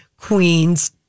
Queens